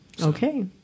Okay